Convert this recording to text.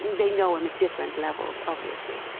and they know him at different levels obviously.